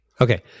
Okay